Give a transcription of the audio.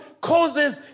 causes